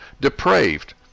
depraved